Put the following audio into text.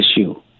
issue